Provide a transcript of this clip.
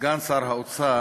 סגן שר האוצר